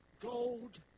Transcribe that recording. gold